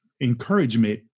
encouragement